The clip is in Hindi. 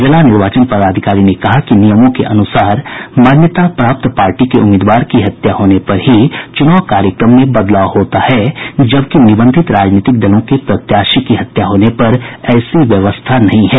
जिला निर्वाचन पदाधिकारी ने कहा कि नियमों के अनुसार मान्यता प्राप्त पार्टी के उम्मीदवार की हत्या होने पर ही चुनाव कार्यक्रम में बदलाव होता है जबकि निबंधित राजनीतिक दलों के प्रत्याशी की हत्या होने पर ऐसी व्यवस्था नहीं है